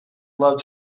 love